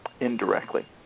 indirectly